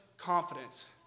Confidence